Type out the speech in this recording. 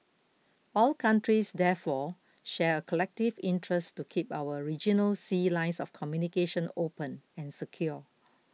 all countries therefore share a collective interest to keep our regional sea lines of communication open and secure